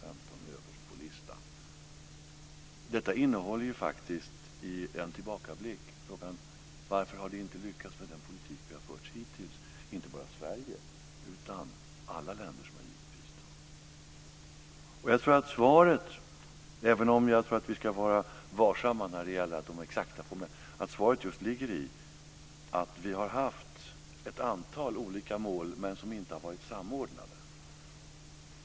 I en tillbakablick ser vi att detta faktiskt innehåller frågan: Varför har det inte lyckats med den politik som vi har fört hittills? Det gäller inte bara Sverige utan alla länder som har givit bistånd. Jag tror att svaret - även om vi ska vara varsamma när det gäller de exakta formuleringarna - just ligger i att vi har haft ett antal olika mål men att de inte har varit samordnade.